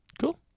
Cool